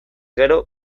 gero